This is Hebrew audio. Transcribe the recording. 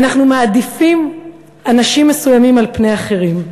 אנחנו מעדיפים אנשים מסוימים על פני אחרים.